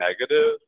negative